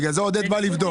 בגלל זה עודד בא לבדוק.